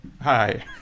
Hi